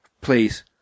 please